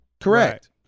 Correct